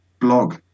blog